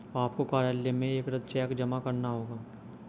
आपको कार्यालय में एक रद्द चेक जमा करना होगा